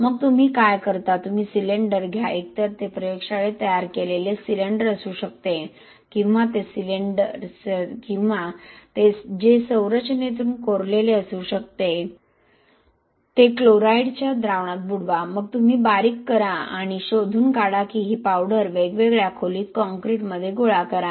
मग तुम्ही काय करता तुम्ही सिलिंडर घ्या एकतर ते प्रयोगशाळेत तयार केलेले सिलिंडर असू शकते किंवा ते जे संरचनेतून कोरलेले असू शकते ते क्लोराईडच्या द्रावणात बुडवा मग तुम्ही बारीक करा आणि शोधून काढा ही पावडर वेगवेगळ्या खोलीत काँक्रीट मध्ये गोळा करा